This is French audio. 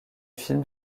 film